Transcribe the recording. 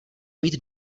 mít